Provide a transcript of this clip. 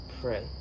pray